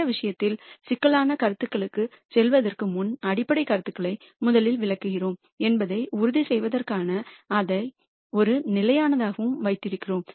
இந்த விஷயத்தில் சிக்கலான கருத்துகளுக்குச் செல்வதற்கு முன் அடிப்படைக் கருத்துக்களை முதலில் விளக்குகிறோம் என்பதை உறுதி செய்வதற்காக அதை ஒரு நிலையானதாக வைத்திருக்கிறோம்